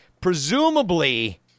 Presumably